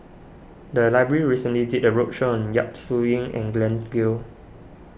the library recently did a roadshow on Yap Su Yin and Glen Goei